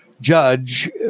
judge